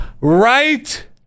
Right